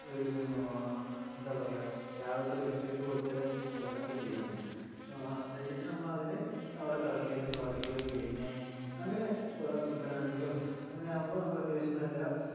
ഒരു എന്താ പറയുക രാവിലത്തെ ഒരു എക്സർസൈസ് പോലത്തെ ആയിട്ട് നമുക്ക് ചെയ്യാൻ പറ്റും എന്താണെന്നു വച്ചു കഴിഞ്ഞാൽ നമ്മളതിന് അവിടെ കിളക്കലും പറിക്കലും പിന്നെ അങ്ങനെ വെള്ളം തിരിക്കാനാണെങ്കിലും അങ്ങനെയാകുമ്പോൾ നമുക്ക് അത്യാവശ്യം നല്ല